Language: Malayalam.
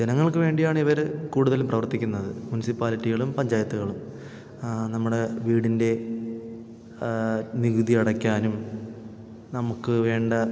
ജനങ്ങൾക്കു വേണ്ടിയാണിവർ കൂടുതലും പ്രവർത്തിക്കുന്നത് മുൻസിപ്പാലിറ്റികളും പഞ്ചായത്തുകളും നമ്മുടെ വീടിൻ്റെ നികുതി അടക്കാനും നമുക്കു വേണ്ട